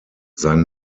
sein